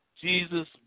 Jesus